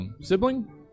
Sibling